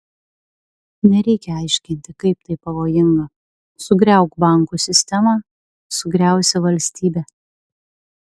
nereikia aiškinti kaip tai pavojinga sugriauk bankų sistemą sugriausi valstybę